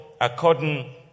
According